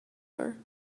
are